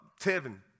Tevin